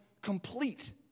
complete